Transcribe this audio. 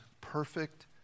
perfect